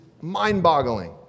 mind-boggling